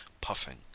puffing